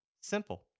Simple